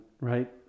right